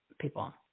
people